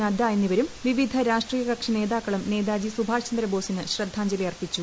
നദ്ദ എന്നിവരും വിവിധ രാഷ്ട്രീയ കക്ഷി നേതാക്കളും നേതാജി സുഭാഷ്ചന്ദ്രബോസിന് ശ്രദ്ധാഞ്ജലി അർപ്പിച്ചു